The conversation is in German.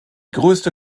größte